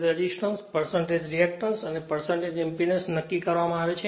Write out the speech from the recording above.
resistance reactance impedance નક્કી કરવામાં આવે છે